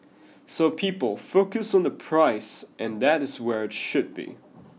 so people focus on the price and that is where it should be